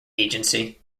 agency